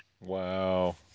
Wow